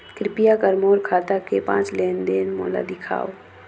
कृपया कर मोर खाता के पांच लेन देन मोला दिखावव